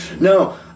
No